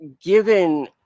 given